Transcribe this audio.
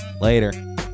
Later